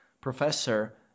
professor